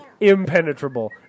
impenetrable